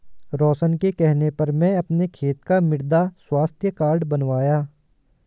रोशन के कहने पर मैं अपने खेत का मृदा स्वास्थ्य कार्ड बनवाया